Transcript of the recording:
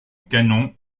canon